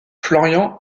florian